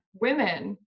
women